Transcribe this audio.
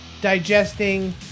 digesting